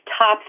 top